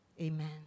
Amen